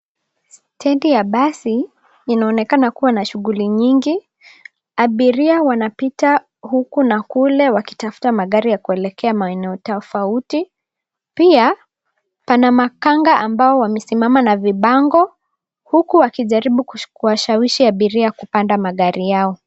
Stendi ya basi inaonekana kuwa na shuguli nyingi. Abiria wanapita huku na kule wakitafta magari ya kuelekea maeneo tofauti. Pia pana makanga amabo wamesimama na vibango huku wakijaribu kuwashawishi abiri kupanda magari yao.